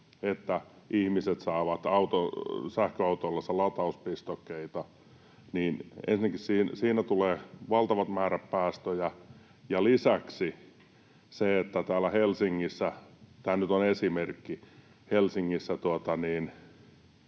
että ihmiset saavat sähköautollensa latauspistokkeita, niin ensinnäkin siinä tulee valtavat määrät päästöjä, ja lisäksi se, että täällä Helsingissä — tämä nyt on esimerkki —